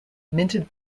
minted